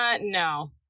no